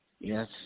Yes